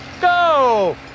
Go